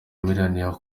miliyoni